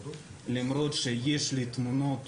למרות שיש לי תמונות